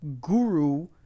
guru